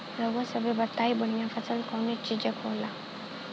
रउआ सभे बताई बढ़ियां फसल कवने चीज़क होखेला?